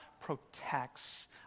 protects